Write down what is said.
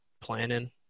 planning